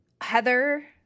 Heather